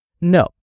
No